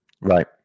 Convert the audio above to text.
Right